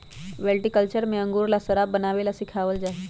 viticulture में अंगूर से शराब बनावे ला सिखावल जाहई